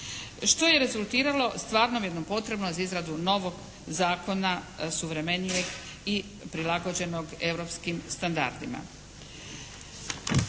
što je rezultiralo stvarnom jednom potrebom za izradu novog zakona, suvremenijeg i prilagođenog europskim standardima.